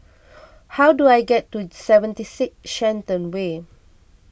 how do I get to seventy six Shenton Way